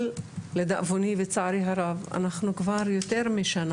אבל לדאבוני וצערי הרב אנחנו כבר יותר משנה